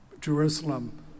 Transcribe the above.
Jerusalem